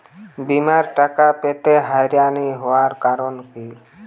বিমার টাকা পেতে হয়রানি হওয়ার কারণ কি?